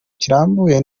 kirambuye